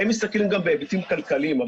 הם מסתכלים גם בהיבטים כלכליים,